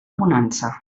bonança